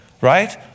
right